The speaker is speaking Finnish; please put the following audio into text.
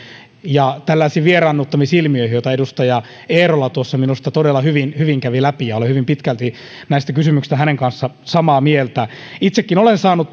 ja tällaisiin vieraannuttamisilmiöihin joita edustaja eerola tuossa minusta todella hyvin hyvin kävi läpi ja olen hyvin pitkälti näistä kysymyksistä hänen kanssaan samaa mieltä itsekin olen saanut